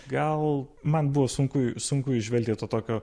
gal man buvo sunku sunku įžvelgti to tokio